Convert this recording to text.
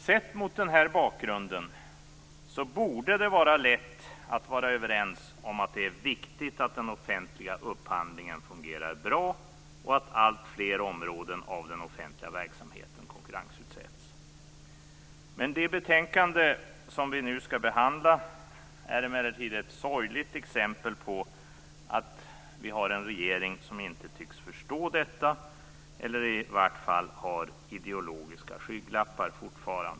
Sett mot den bakgrunden borde det vara lätt att vara överens om att det är viktigt att den offentliga upphandlingen fungerar bra och att alltfler områden av den offentliga verksamheten konkurrensutsätts. Det betänkande som vi nu skall behandla är emellertid ett sorgligt exempel på att vi har en regering som inte tycks förstå detta, eller i varje fall fortfarande har ideologiska skygglappar.